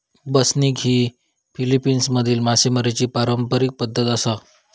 बसनिग ही फिलीपिन्समधली मासेमारीची पारंपारिक पद्धत आसा